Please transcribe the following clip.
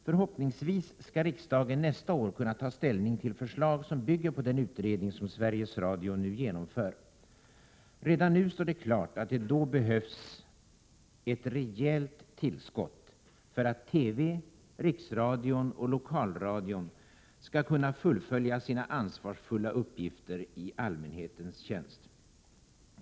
Förhoppningsvis skall riksdagen nästa år kunna ta ställning till förslag som bygger på den utredning som Sveriges Radio nu genomför. Redan nu står det klart att det då behövs ett rejält tillskott för att TV, Riksradion och Lokalradion skall kunna fullfölja sina ansvarsfulla uppgifter i allmänhetens tjänst.